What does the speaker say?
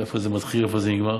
איפה זה מתחיל ואיפה זה נגמר,